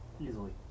Easily